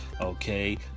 okay